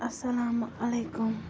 اَسَلامُ علیکُم